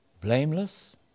blameless